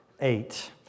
Eight